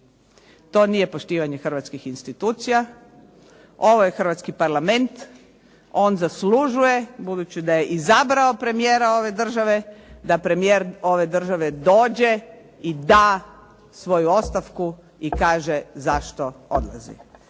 To nije poštivanje hrvatskih institucija, ovo je hrvatski Parlament on zaslužuje, budući da je izabrao premijera ove države da premijer ove države dođe i da svoju ostavku i kaže zašto odlazi.